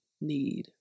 need